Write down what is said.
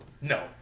No